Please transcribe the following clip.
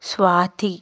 Swathi